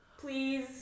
Please